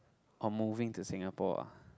oh moving to Singapore ah